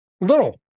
Little